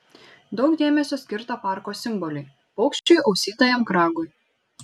daug dėmesio skirta parko simboliui paukščiui ausytajam kragui